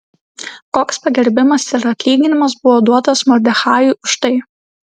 koks pagerbimas ir atlyginimas buvo duotas mordechajui už tai